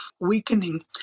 weakening